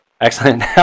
Excellent